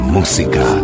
Música